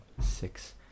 six